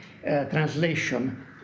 translation